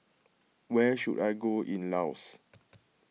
where should I go in Laos